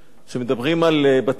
כשמדברים על בתי-המשפט